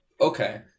Okay